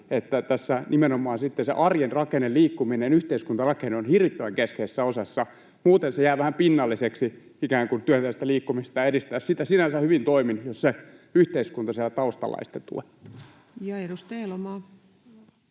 että tässä nimenomaan sitten se arjen rakenne, liikkuminen, yhteiskuntarakenne, on hirvittävän keskeisessä osassa. Muuten jää vähän pinnalliseksi ikään kuin työntää sitä liikkumista ja edistää sitä sinänsä hyvin toimin, jos se yhteiskunta siellä taustalla ei sitä tue. Edustaja Elomaa.